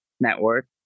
network